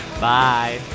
Bye